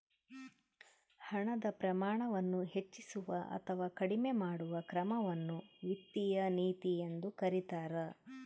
ಹಣದ ಪ್ರಮಾಣವನ್ನು ಹೆಚ್ಚಿಸುವ ಅಥವಾ ಕಡಿಮೆ ಮಾಡುವ ಕ್ರಮವನ್ನು ವಿತ್ತೀಯ ನೀತಿ ಎಂದು ಕರೀತಾರ